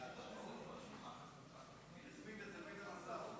ההצעה להעביר הצעת חוק הביטוח הלאומי (תיקון,